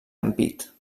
ampit